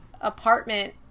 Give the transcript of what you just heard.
apartment